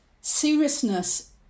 seriousness